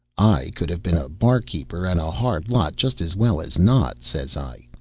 i could have been a barkeeper and a hard lot just as well as not, says i,